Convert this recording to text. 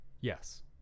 Yes